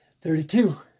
thirty-two